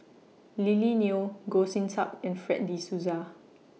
Lily Neo Goh Sin Tub and Fred De Souza